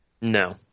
No